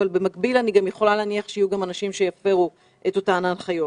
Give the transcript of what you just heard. אבל במקביל אני יכולה להניח שיהיו גם אנשים שיפרו את אותן הנחיות.